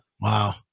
Wow